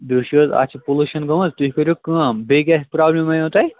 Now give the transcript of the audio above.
بیٚیہِ وُچھ حظ اَتھ چھِ پُلیٛوٗشَن گ مٕژ تُہۍ کٔرِو کٲم بیٚیہِ کیٛاہ پرٛابلِم وَنیوٕ تۄہہِ